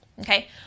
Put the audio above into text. Okay